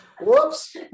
Whoops